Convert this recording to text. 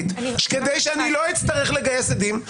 אנו מדברים פה על הצעה שלא עברה קריאה ראשונה,